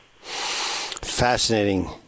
Fascinating